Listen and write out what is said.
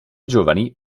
giovani